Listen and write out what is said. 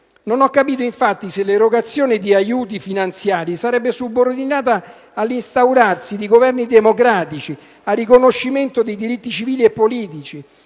Non ho capito, infatti, se l'erogazione di aiuti finanziari sarebbe subordinata all'instaurarsi di governi democratici, al riconoscimento dei diritti civili e politici